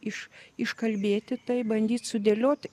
iš iškalbėti tai bandyt sudėliot